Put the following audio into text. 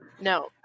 No